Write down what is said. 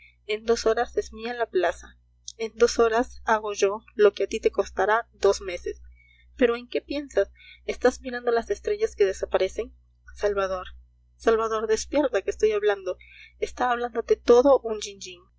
en dos horas es mía la plaza en dos horas hago yo lo que a ti te costará dos meses pero en qué piensas estás mirando las estrellas que desaparecen salvador salvador despierta que estoy hablando está hablándote todo un